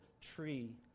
tree